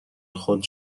خود